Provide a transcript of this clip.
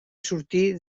sortir